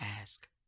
ask